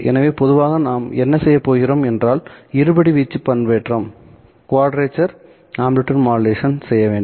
எனவே பொதுவாக நாம் என்ன செய்யப் போகிறோம் என்றால் இருபடி வீச்சு பண்பேற்றம் செய்ய வேண்டும்